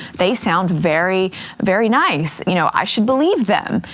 they sound very very nice. you know i should believe them,